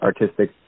artistic